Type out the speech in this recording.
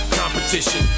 competition